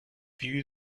view